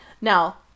now